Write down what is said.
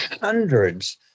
hundreds